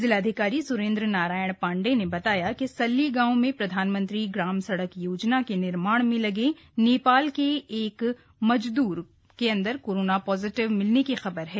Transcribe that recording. जिलाधिकारी स्रेन्द्र नारायण पाण्डेय ने बताया कि सल्ली गांव में प्रधानमंत्री ग्राम सड़क योजना के निर्माण में लगे नेपाल के एक मजदूर में कोरोना पॉजिटिव मिलने की खबर है